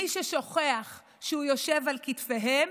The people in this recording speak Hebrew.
מי ששוכח שהוא יושב על כתפיהם,